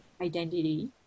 identity